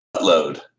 load